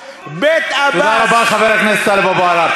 בית עבאס, תודה רבה, חבר הכנסת טלב אבו עראר.